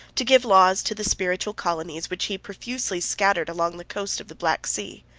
to give laws to the spiritual colonies which he profusely scattered along the coast of the black sea.